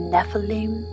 Nephilim